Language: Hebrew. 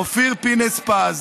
אופיר פינס-פז,